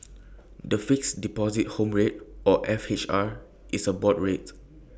the Fixed Deposit Home Rate or F H R is A board rate